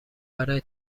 برای